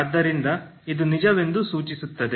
ಆದ್ದರಿಂದ ಇದು ನಿಜವೆಂದು ಸೂಚಿಸುತ್ತದೆ